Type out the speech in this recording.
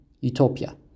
Utopia